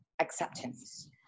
acceptance